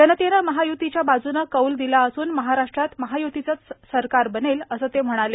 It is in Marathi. जनतेनं महाय्तीच्या बाजून कौल दिला असून महाराष्ट्रात महाय्तीचंच सरकार बनेल असं ते म्हणाले